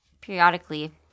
periodically